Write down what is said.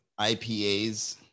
IPAs